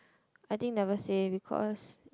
I think never say because